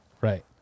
Right